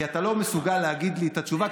כי אתה לא מסוגל להגיד לי את התשובה,